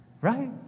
Right